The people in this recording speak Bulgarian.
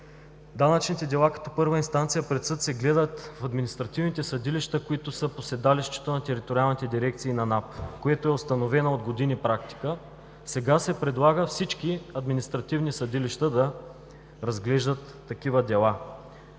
данъчните дела като първа инстанция пред съд се гледат в административните съдилища, които са по седалището на териториалните дирекции на НАП, което е установена от години практика, сега се предлага всички административни съдилища да разглеждат такива дела.